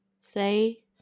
Say